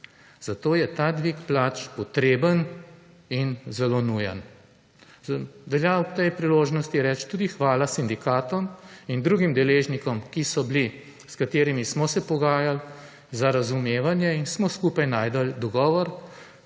zato je ta dvig plač potreben in zelo nujen. Velja ob tej priložnosti reči tudi hvala sindikatom in drugim deležnikom, ki so bili, s katerimi smo se pogajali za razumevanje in smo skupaj najdli dogovor